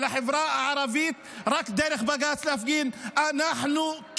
בכל יום שבת,